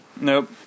Nope